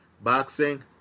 Boxing